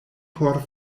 por